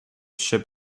ship